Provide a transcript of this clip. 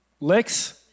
Licks